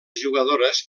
jugadores